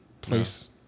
place